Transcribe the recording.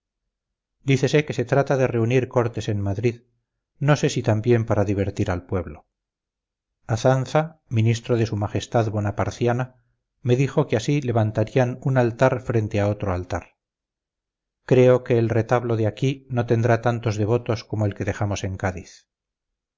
dícese que se trata de reunir cortes en madrid no sé si también para divertir al pueblo azanza ministro de su majestad bonaparciana me dijo que así levantarían un altar frente a otro altar creo que el retablo de aquí no tendrá tantos devotos como el que dejamos en cádiz